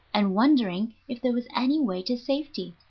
and wondering if there was any way to safety.